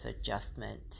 adjustment